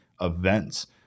events